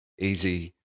easy